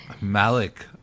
Malik